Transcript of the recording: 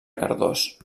cardós